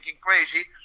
crazy